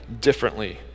differently